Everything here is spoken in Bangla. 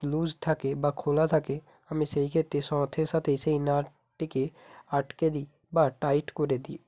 লুস থাকে বা খোলা থাকে আমি সেইক্ষত্রে সথে সাথে সেই নাটটিকে আটকে দিই বা টাইট করে দিই